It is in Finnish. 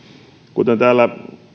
kuten täällä